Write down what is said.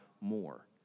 more